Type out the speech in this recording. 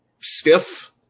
stiff